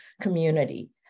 community